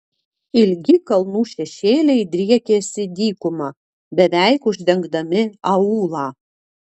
ilgi kalnų šešėliai driekėsi dykuma beveik uždengdami aūlą